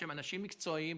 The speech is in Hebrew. שהם אנשים מקצועיים,